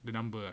the number